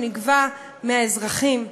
שנגבה מהאזרחים,